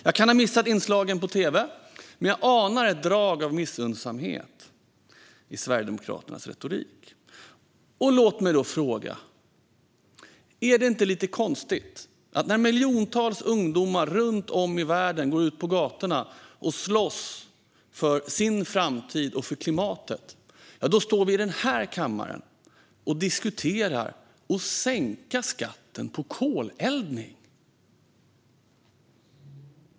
Jag kan ha missat dessa inslag på tv, men jag anar ett drag av missunnsamhet i Sverigedemokraternas retorik. Låt mig därför fråga: Är det inte lite konstigt att när miljontals ungdomar runt om i världen går ut på gatorna och slåss för sin framtid och för klimatet, då står vi här i kammaren och diskuterar att sänka skatten på koleldning.